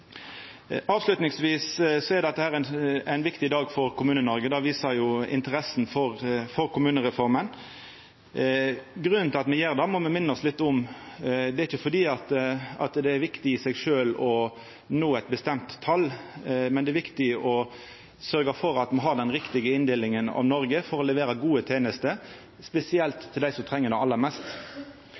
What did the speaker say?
Avslutningsvis vil eg seia at det er ein viktig dag for Kommune-Noreg. Det viser interessa for kommunereforma. Grunnen til at me gjer det, må me minna oss litt om. Det er ikkje fordi det er viktig i seg sjølv å nå eit bestemt tal, men det er viktig å sørgja for at me har den riktige inndelinga av Noreg for å levera gode tenester, spesielt for dei som treng det aller mest.